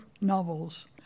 novels